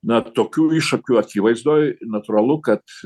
na tokių iššūkių akivaizdoj natūralu kad